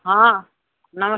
ହଁ ନମ